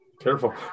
careful